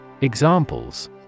Examples